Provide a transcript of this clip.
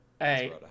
Hey